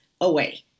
away